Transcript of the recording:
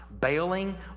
Bailing